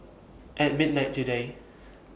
At midnight today